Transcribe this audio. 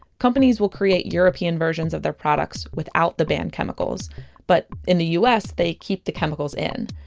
companies will create european versions of their products without the banned chemicals but in the us they keep the chemicals in.